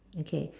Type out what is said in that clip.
okay